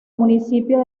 municipio